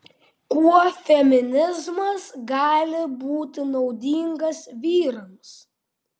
kuo feminizmas gali būti naudingas vyrams